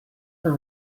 for